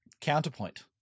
Counterpoint